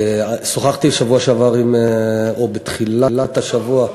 שוחחתי בשבוע שעבר עם, או בתחילת השבוע,